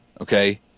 Okay